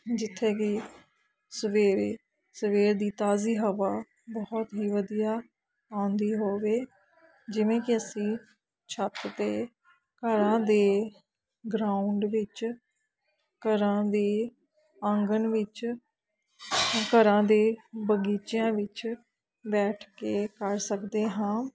ਜਿੱਥੇ ਕਿ ਸਵੇਰੇ ਸਵੇਰ ਦੀ ਤਾਜ਼ੀ ਹਵਾ ਬਹੁਤ ਹੀ ਵਧੀਆ ਆਉਂਦੀ ਹੋਵੇ ਜਿਵੇਂ ਕਿ ਅਸੀਂ ਛੱਤ 'ਤੇ ਘਰਾਂ ਦੇ ਗਰਾਊਂਡ ਵਿੱਚ ਘਰਾਂ ਦੇ ਆਂਗਨ ਵਿੱਚ ਘਰਾਂ ਦੇ ਬਗੀਚਿਆਂ ਵਿੱਚ ਬੈਠ ਕੇ ਕਰ ਸਕਦੇ ਹਾਂ